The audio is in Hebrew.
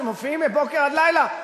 שמופיעים מבוקר עד לילה,